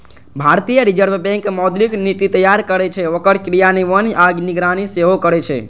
भारतीय Reserve Bank मौद्रिक नीति तैयार करै छै, ओकर क्रियान्वयन आ निगरानी सेहो करै छै